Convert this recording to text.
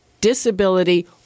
disability